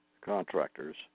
contractors